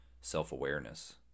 self-awareness